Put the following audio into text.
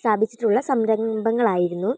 സ്ഥാപിച്ചിട്ടുള്ള സംരഭങ്ങളായിരുന്നു